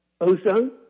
Ozone